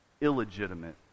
illegitimate